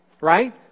right